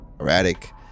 erratic